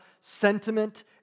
sentiment